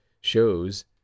shows